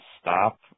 stop